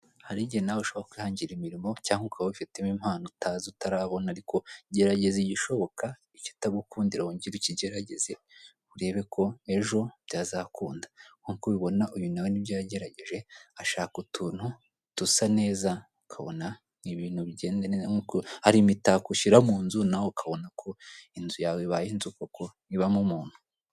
Hariho igihe nawe ushobora kwihangira imirimo cyangwa ukaba wifitemo impano utazi utarabona ariko gerageza igishoboka ikitagukundira wongere ukigerageze urebeko ejo byakunda. Nkuko ubibona uyu nawe nibyo yagerageje ashaka utuntu dusaneza ukabona ni ibintu begenze neza nkuko, hari imitako ushyira munzu nawe ukabonako inzu yawe ibaye inzu koko ibamo umuntu.